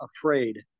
afraid